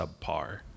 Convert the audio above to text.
subpar